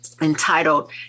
entitled